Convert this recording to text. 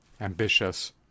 ambitious